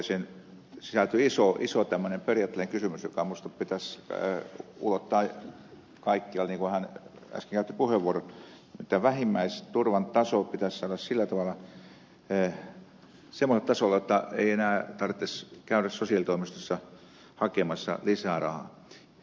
kosken aloitteeseen sisältyy iso tämmöinen periaatteellinen kysymys joka minusta pitäisi ulottaa kaikkialle niin kuin hän äsken käytti puheenvuoron jotta vähimmäisturvan taso pitäisi saada semmoiselle tasolle jotta ei enää tarvitsisi käydä sosiaalitoimistossa hakemassa lisää rahaa